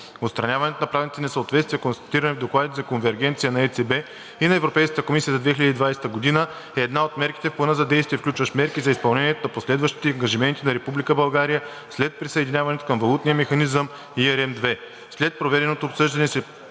Отстраняването на правните несъответствия, констатирани в Докладите за конвергенция на ЕЦБ и на Европейската комисия за 2020 г., е една от мерките в Плана за действие, включващ мерки за изпълнение на последващите ангажименти на Република България след присъединяването към Валутния механизъм II